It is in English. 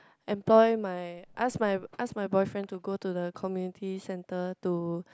employ my ask my ask my boyfriend to go to the community center to